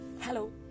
Hello